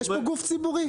יש פה גוף ציבורי.